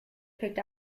picked